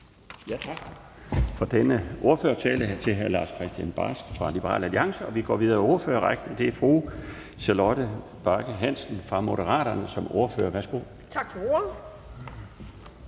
Tak for ordet.